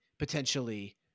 potentially